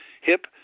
Hip